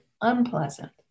unpleasant